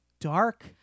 dark